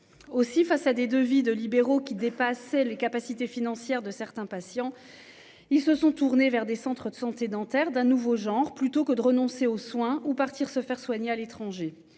aussi face à des devis de libéraux qui dépassait les capacités financières de certains patients. Ils se sont tournés vers des centres de santé dentaires d'un nouveau genre plutôt que de renoncer aux soins ou partir se faire soigner à l'étranger,